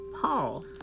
Paul